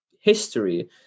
history